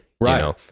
right